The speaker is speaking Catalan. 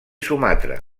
sumatra